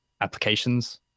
applications